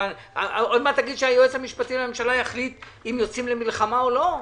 עוד מעט תגיד שהיועץ המשפטי לממשלה יחליט אם יוצאים למלחמה או לא.